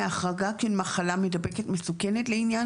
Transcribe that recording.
תקנה 21.